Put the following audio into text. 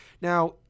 Now